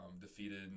defeated